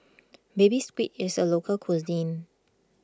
Baby Squid is a local cuisine